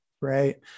right